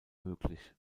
möglich